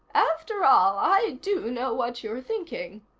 after all, i do know what you're thinking.